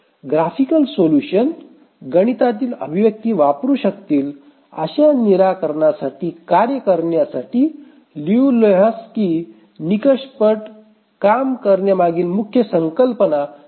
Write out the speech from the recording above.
graphical solution गणितातील अभिव्यक्ती वापरू शकतील अशा निराकरणासाठी कार्य करण्यासाठी लियू लेहॉक्स्की निकषपट काम करण्यामागील मुख्य संकल्पना समजून घेण्यास मदत करते